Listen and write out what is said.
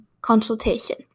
consultation